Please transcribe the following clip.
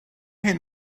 hyn